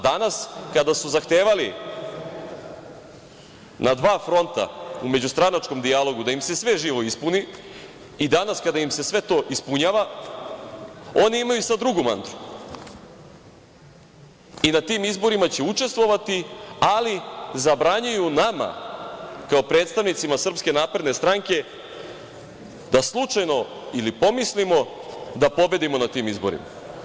Danas kada su zahtevali na dva fronta u međustranačkom dijalogu da im se sve živo ispuni i danas kada im se sve to ispunjava, oni imaju sada drugu mantru i na tim izborima će učestvovati, ali zabranjuju nama kao predstavnicima SNS da slučajno ili pomislimo da pobedimo na tim izborima.